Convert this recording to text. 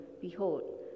behold